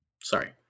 sorry